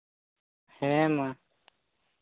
ᱦᱮᱸ ᱢᱟ